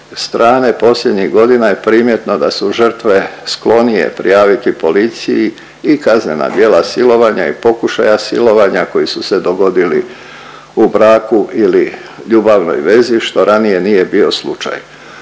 strane posljednjih godina je primjetno da su žrtve sklonije prijaviti policiji i kaznena djela silovanja i pokušaja silovanja koji su se dogodili u braku ili ljubavnoj vezi, što ranije nije bio slučaj.